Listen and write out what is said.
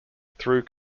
through